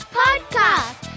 podcast